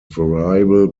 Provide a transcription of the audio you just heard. variable